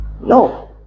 no